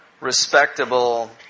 respectable